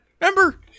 Remember